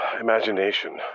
imagination